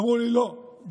אמרו לי: לא.